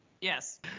Yes